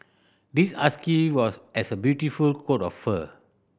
this husky was has a beautiful coat of fur